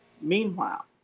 meanwhile